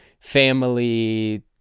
family